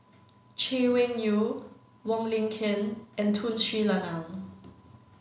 Chay Weng Yew Wong Lin Ken and Tun Sri Lanang